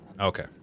okay